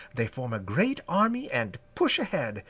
they form a great army and push ahead,